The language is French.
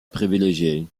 privilégier